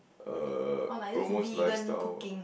uh promotes lifestyle